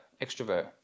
extrovert